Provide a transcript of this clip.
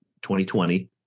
2020